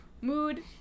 mood